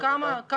נראה אותה שוב.